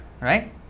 right